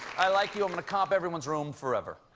i like you, i'm going to comp everyone's room forever.